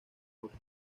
jorge